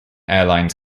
airlines